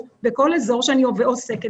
רואים את הסופר עמוס,